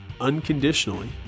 unconditionally